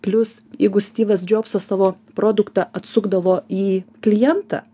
plius jeigu stivas džobsas savo produktą atsukdavo į klientą